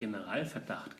generalverdacht